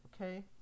okay